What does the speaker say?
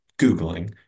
Googling